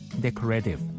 decorative